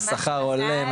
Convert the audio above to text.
השכר עולה,